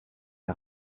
est